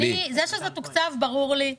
זה שתוקצב ברור לי.